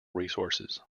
resources